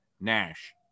Nash